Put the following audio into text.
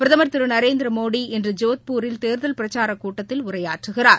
பிரதமர் திரு நரேந்திரமோடி இன்று ஜோத்பூரில் தேர்தல் பிரச்சார கூட்டத்தில் உரையாற்றுகிறார்